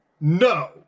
no